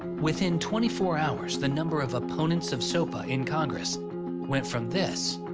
within twenty four hours the number of oponents of sopa in congress went from this.